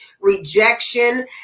rejection